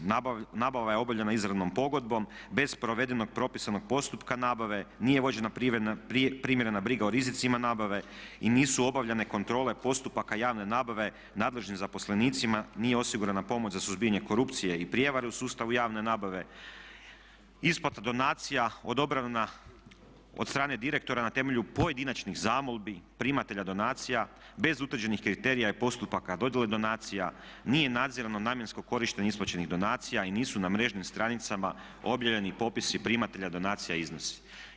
Nabava je obavljena izravnom pogodbom bez provedenog propisanog postupka nabave, nije vođena primjerena briga o rizicima nabave i nisu obavljene kontrole postupaka javne nabave nadležnim zaposlenicima, nije osigurana pomoć za suzbijanje korupcije i prijevare u sustavu javne nabave, isplata donacija odobrena od strane direktora na temelju pojedinačnih zamolbi primatelja donacija bez utvrđenih kriterija i postupaka, dodjele donacija, nije nadzirano namjensko korištenje isplaćenih donacija i nisu na mrežnim stranicama objavljeni popisi primatelja donacija i iznosi.